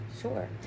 sure